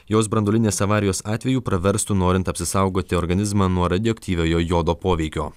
jos branduolinės avarijos atveju praverstų norint apsisaugoti organizmą nuo radioaktyviojo jodo poveikio